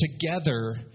together